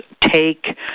take